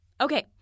Okay